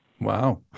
Wow